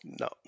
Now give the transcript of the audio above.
No